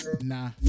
Nah